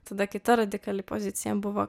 tada kita radikali pozicija buvo